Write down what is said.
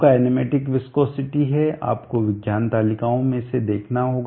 kinematic viscosity है आपको विज्ञान तालिकाओं में इसे देखना होगा